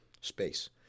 space